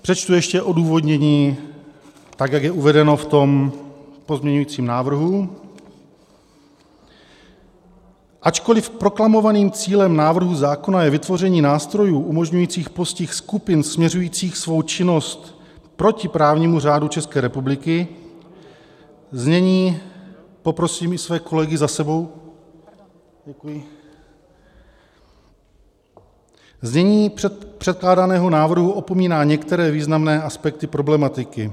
Přečtu ještě odůvodnění, tak jak je uvedeno v tom pozměňovacím návrhu: Ačkoliv proklamovaným cílem návrhu zákona je vytvoření nástrojů umožňujících postih skupin směřujících svou činnost proti právnímu řádu České republiky, znění poprosím i své kolegy za sebou, děkuji znění předkládaného návrhu opomíná některé významné aspekty problematiky.